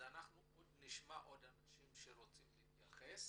אנחנו נשמע עוד אנשים שרוצים להתייחס.